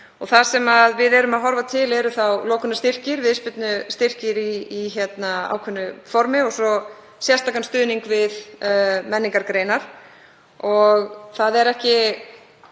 Það sem við erum að horfa til eru lokunarstyrkir og viðspyrnustyrkir í ákveðnu formi og svo sérstakur stuðningur við menningargreinar. Það er